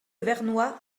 vernois